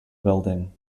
building